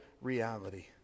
reality